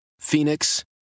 Phoenix